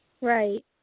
Right